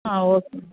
ಹಾಂ ಓಕೆ